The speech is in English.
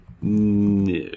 No